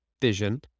Vision